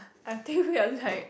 I think we are like